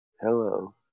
Hello